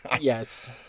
yes